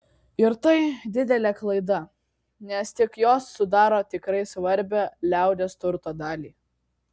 ir tai didelė klaida nes tik jos sudaro tikrai svarbią liaudies turto dalį